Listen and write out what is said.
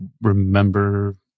remember